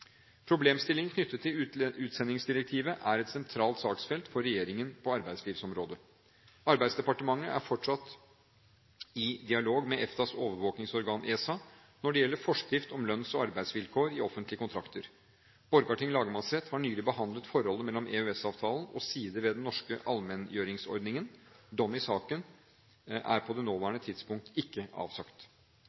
knyttet til utsendingsdirektivet er et sentralt saksfelt for regjeringen på arbeidslivsområdet. Arbeidsdepartementet er fortsatt i dialog med EFTAs overvåkingsorgan, ESA, når det gjelder forskrift om lønns- og arbeidsvilkår i offentlige kontrakter. Borgarting lagmannsrett har nylig behandlet forholdet mellom EØS-avtalen og sider ved den norske allmenngjøringsordningen. Dom i saken er på det nåværende tidspunkt ikke avsagt.